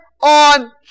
on